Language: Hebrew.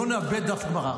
לא נאבד דף גמרא.